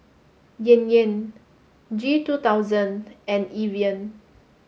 Yan Yan G two thousand and Evian